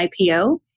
IPO